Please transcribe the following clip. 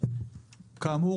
כאמור,